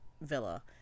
villa